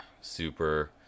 super